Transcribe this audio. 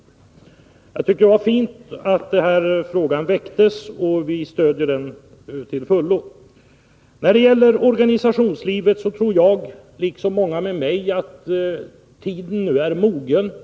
Jag tyckte det var fint att den här frågan väcktes, och vi stöder det initiativet till fullo. När det gäller organisationslivet tror jag, liksom många med mig, att tiden nu är mogen.